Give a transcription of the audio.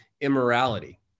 immorality